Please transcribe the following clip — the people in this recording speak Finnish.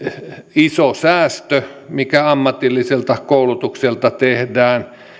iso säästö mikä ammatilliselta koulutukselta tehdään